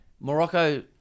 Morocco